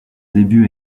début